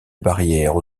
barrières